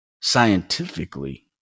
Scientifically